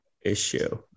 issue